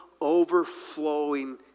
overflowing